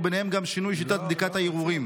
וביניהם גם שינוי שיטת בדיקת הערעורים.